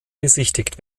besichtigt